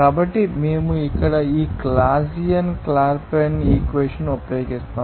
కాబట్టి మేము ఇక్కడ ఈ క్లాసియస్ క్లాపెరాన్ ఈక్వేషన్ ఉపయోగిస్తాం